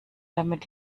damit